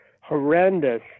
horrendous